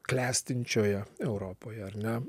klestinčioje europoj ar ne